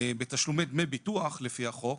בתשלומי דמי ביטוח, לפי החוק,